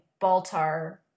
Baltar